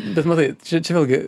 bet matai čia čia vėlgi